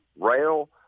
rail